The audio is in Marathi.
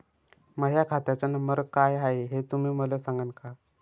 माह्या खात्याचा नंबर काय हाय हे तुम्ही मले सागांन का?